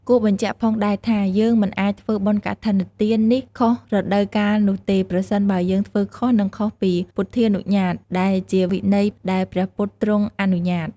គួរបញ្ជាក់ផងដែរថាយើងមិនអាចធ្វើបុណ្យកឋិនទាននេះខុសរដូវកាលនោះទេប្រសិនបើយើងធ្វើនោះនឹងខុសពី ពុទ្ធានុញ្ញាត ដែលជាវិន័យដែលព្រះពុទ្ធទ្រង់អនុញ្ញាត។